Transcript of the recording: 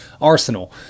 arsenal